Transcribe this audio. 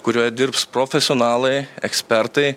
kurioje dirbs profesionalai ekspertai